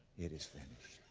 it is finished.